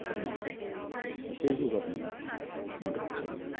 हारिमुखो एसे जौगाहोनायाव मदद खालामो